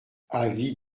avis